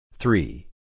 Three